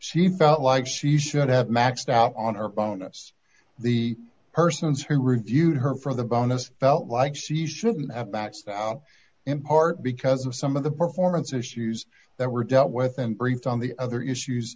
she felt like she should have maxed out on her bonus the persons who reviewed her for the bonus felt like she shouldn't have backed out in part because of some of the performance issues that were dealt with and briefed on the other issues